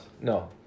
No